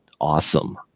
awesome